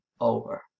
over